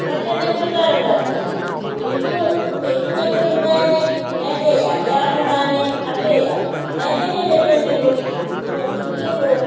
ॻच ॿिनि प्रकारनि जा थींदा आहिनि हिकु हिकु ॻच थींदो आहिनि मैदे जा ॿिया थींदा आहिनि अटे जा मैदे जे ॻचनि में थोरी सुजीअ जो